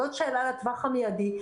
זאת שאלה לטווח המידי,